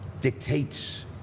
dictates